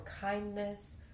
kindness